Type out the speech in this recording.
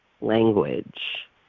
language